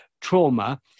trauma